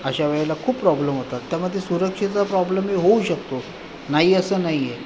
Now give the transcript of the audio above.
अशा वेळेला खूप प्रॉब्लम होतात त्यामध्ये सुरक्षेचा प्रॉब्लमही होऊ शकतो नाही असं नाही आहे